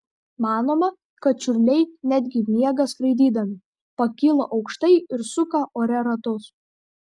manoma kad čiurliai netgi miega skraidydami pakyla aukštai ir suka ore ratus